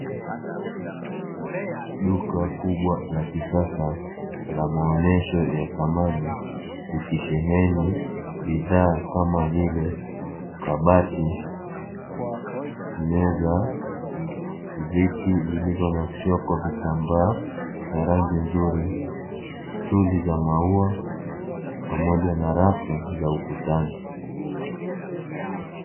Duka kubwa la kisasa la maonyesho ya samani likisheheni bidhaa kama vile kabati, meza, viti vilivyonakshiwa kwa vitambaa vya rangi nzuri, stuli za maua pamoja na rafu za ukutani.